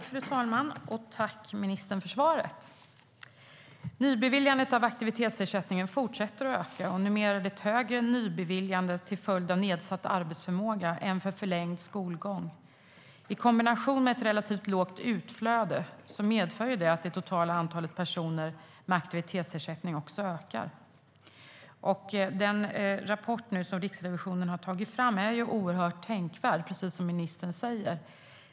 Fru talman! Jag tackar ministern för svaret. Nybeviljandet av aktivitetsersättning fortsätter att öka. Numera är det ett högre nybeviljande till följd av nedsatt arbetsförmåga än för förlängd skolgång. I kombination med ett relativt lågt utflöde medför detta att det totala antalet personer med aktivitetsersättning ökar. Den rapport som Riksrevisionen har tagit fram är oerhört tänkvärd, precis som ministern säger.